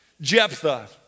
Jephthah